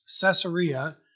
Caesarea